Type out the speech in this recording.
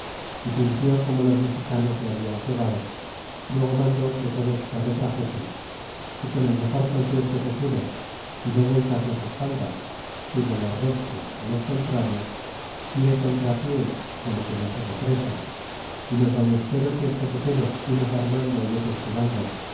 y sintió corno los mexicanos le hablan cebado luego mandó que todos se retraxesen y con el mejor concierto que pudo y no vueltas las espaldas sino los rostros los contrarios pie contra pie como quien hace represas y los vallesteros y escopeteros unos armando y otros tirando